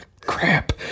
Crap